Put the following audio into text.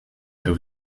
over